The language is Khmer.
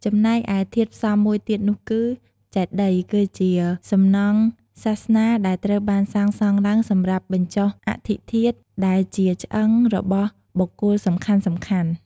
ចំណែកឯធាតុផ្សំមួយទៀតនោះគឺ ចេតិយ គឺជាសំណង់សាសនាដែលត្រូវបានសាងសង់ឡើងសម្រាប់ បញ្ចុះអដ្ឋិធាតុ ដែលជាឆ្អឹង របស់បុគ្គលសំខាន់ៗ។